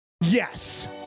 yes